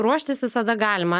ruoštis visada galima